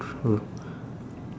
true